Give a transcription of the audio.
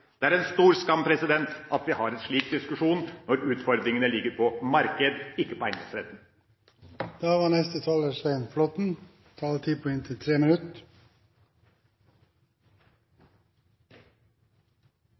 Det er en stor skam at vi har en slik diskusjon, når utfordringene ligger på markedssiden – ikke på eiendomsretten.